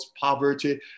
poverty